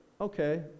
okay